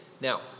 Now